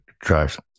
drive